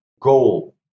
goal